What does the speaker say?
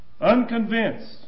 Unconvinced